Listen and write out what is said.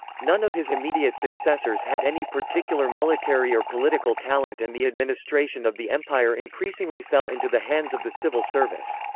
none of his immediate successors had any particular military or political talent and the administration of the empire increasingly fell into the hands of the civil service.